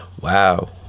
Wow